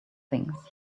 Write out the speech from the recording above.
things